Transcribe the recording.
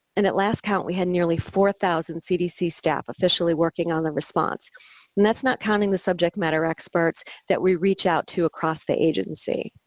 and at last count we had nearly four thousand cdc staff officially working on the response. and that's not counting the subject matter experts that we reach out to across the agency.